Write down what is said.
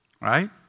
Right